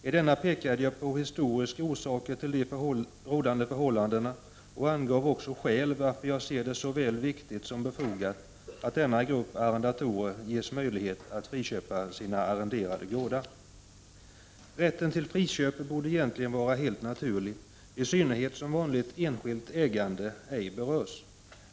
I denna pekade jag på historiska orsaker till de rådande förhållandena och angav också skäl till varför jag anser det vara både viktigt och befogat att denna grupp arrendatorer ges möjlighet att friköpa sina arrenderade gårdar. Rätten till friköp borde egentligen vara helt naturlig, i synnerhet som vanligt enskilt ägande ej berörs.